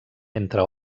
entre